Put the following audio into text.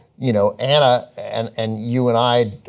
you know, ana, and and you and i,